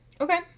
Okay